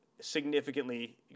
significantly